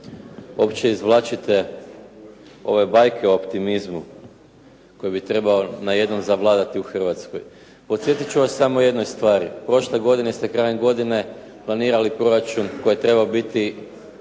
uopće izvlačite ove bajke o optimizmu koji bi trebao najednom zavladati u Hrvatskoj. Podsjetit ću vas samo o jednoj stvari. Prošle godine ste krajem godine planirali proračun koji je trebao biti